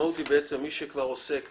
המשמעות היא שמי שכבר עוסק ממשיך,